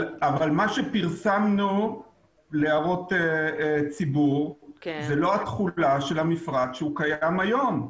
אבל מה שפרסמנו להערות ציבור זה לא התחולה של המפרט שהוא קיים היום,